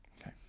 Okay